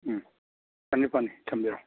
ꯎꯝ ꯐꯅꯤ ꯐꯅꯤ ꯊꯝꯖꯔꯒꯦ